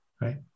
right